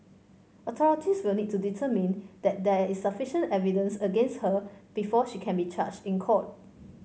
authorities will need to determine that there is sufficient evidence against her before she can be charged in court